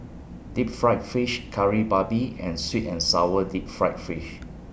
Deep Fried Fish Kari Babi and Sweet and Sour Deep Fried Fish